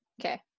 Okay